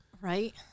Right